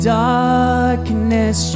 darkness